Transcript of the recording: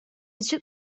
için